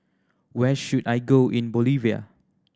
where should I go in Bolivia